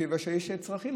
כיוון שיש צרכים.